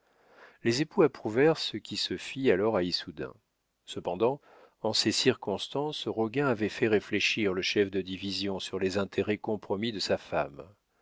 les époux approuvèrent ce qui se fit alors à issoudun cependant en ces circonstances roguin avait fait réfléchir le chef de division sur les intérêts compromis de sa femme